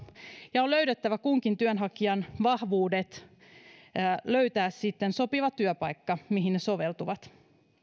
ja on löydettävä kunkin työnhakijan vahvuudet ja löydettävä sitten sopiva työpaikka mihin ne soveltuvat